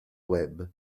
web